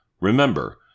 Remember